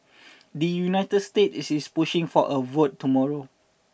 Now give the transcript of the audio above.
the United States is is pushing for a vote tomorrow